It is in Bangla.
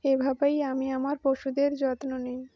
এভাবেই আমি আমার পশুদের যত্ন নিই